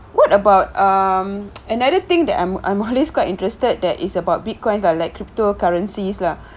what about um another thing that I'm I'm always quite interested that is about bitcoins ah like cryptocurrencies lah